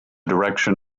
direction